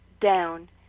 down